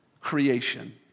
creation